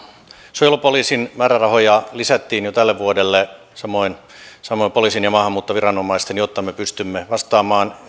suojelupoliisin määrärahoja lisättiin jo tälle vuodelle samoin samoin poliisin ja maahanmuuttoviranomaisten jotta me pystymme vastaamaan